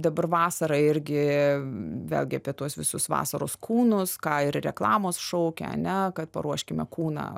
dabar vasarą irgi vėlgi apie tuos visus vasaros kūnus ką ir reklamos šaukia ane kad paruoškime kūną